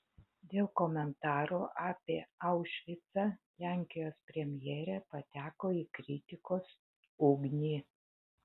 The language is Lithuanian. dėl komentarų apie aušvicą lenkijos premjerė pateko į kritikos ugnį